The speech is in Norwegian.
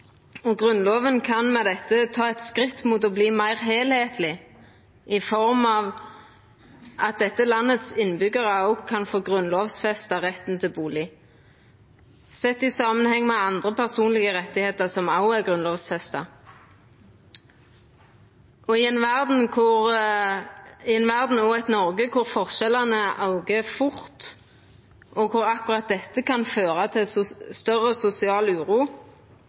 kan med dette ta eit skritt mot å verta meir heilskapleg, i form av at innbyggjarane i dette landet òg kan få grunnlovfesta retten til bustad, sett i samanheng med andre personlege rettar som òg er grunnlovfesta – i ei verd og i eit Noreg der forskjellane aukar fort, og der akkurat dette kan føra til større sosial uro.